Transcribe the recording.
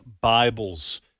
Bibles